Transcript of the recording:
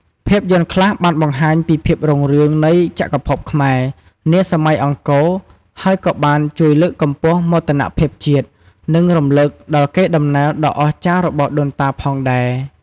ភាពយន្តខ្លះបានបង្ហាញពីភាពរុងរឿងនៃចក្រភពខ្មែរ នាសម័យអង្គរហើយក៏បានជួយលើកកម្ពស់មោទនភាពជាតិ និងរំលឹកដល់កេរដំណែលដ៏អស្ចារ្យរបស់ដូនតាផងដែរ ។